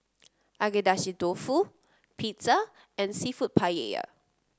Agedashi Dofu Pizza and seafood Paella